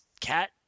cat